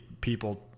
people